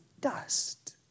dust